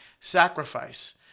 sacrifice